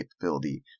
capability